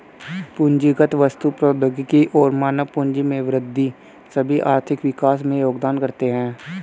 पूंजीगत वस्तु, प्रौद्योगिकी और मानव पूंजी में वृद्धि सभी आर्थिक विकास में योगदान करते है